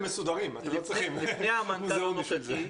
לפני המנכ"ל הנוכחי,